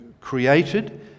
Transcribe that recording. created